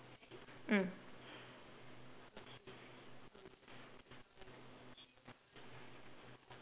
mm